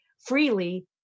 freely